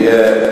יהיה.